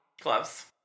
Gloves